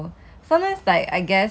when you can actually just like